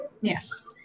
Yes